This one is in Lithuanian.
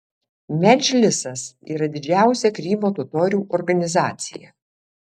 medžlisas yra didžiausia krymo totorių organizacija